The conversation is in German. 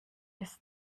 ist